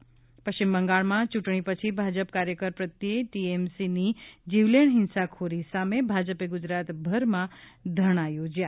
ઃ પશ્ચિમ બંગાળમાં ચૂંટણી પછી ભાજપ કાર્યકર પ્રત્યે ટીએમસીની જીવલેણ હિંસાખોરી સામે ભાજપે ગુજરાતભરમાં ધરણાં યોજયા